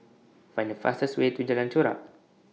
Find The fastest Way to Jalan Chorak